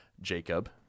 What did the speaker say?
Jacob